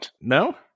No